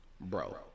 bro